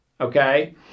Okay